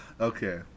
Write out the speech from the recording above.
Okay